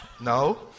no